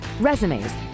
resumes